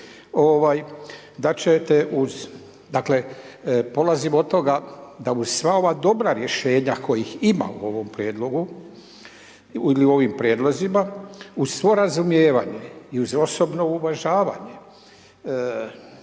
da ćete uz, dakle, polazimo od toga, da uz sva ova dobra rješenja, kojih ima u ovom prijedlogu ili u ovim prijedlozima, uz svo razumijevanje i uz osobno uvažavanje,